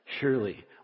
Surely